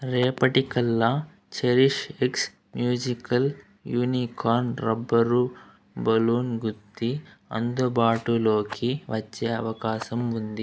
రేపటి కల్లా Cherish X musical unicorn rubber balloon గుత్తి అందుబాటులోకి వచ్చే అవకాశం ఉంది